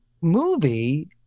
movie